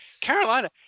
Carolina